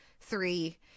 three